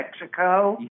Mexico